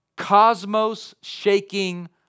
cosmos-shaking